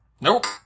Nope